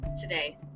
today